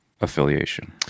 affiliation